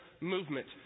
movement